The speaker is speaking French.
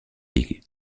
league